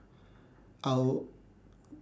I'll